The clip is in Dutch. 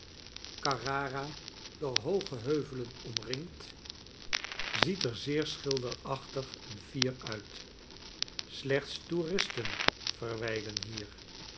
carrara door hooge heuvelen omringd ziet er zeel schilderachtig en fier uit slechts toeristen verwjjlen hier